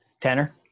Tanner